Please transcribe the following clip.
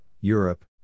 Europe